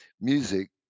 music